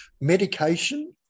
Medication